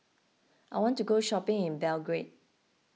I want to go shopping in Belgrade